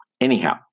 Anyhow